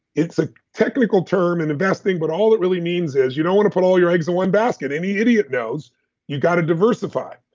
it's a technical term in investing, but all it really means is, you don't want to put all your eggs in one basket any idiot knows you got to diversify.